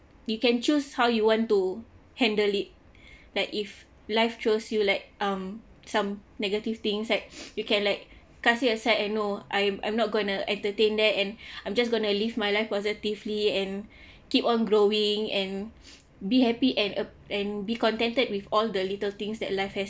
you can choose how you want to handle it like if life throws you like um some negative things that you can like cast it aside and know I'm I'm not gonna entertain that and I'm just gonna live my life positively and keep on growing and be happy and uh and be contented with all the little things that life has